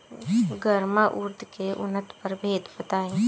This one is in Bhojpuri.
गर्मा उरद के उन्नत प्रभेद बताई?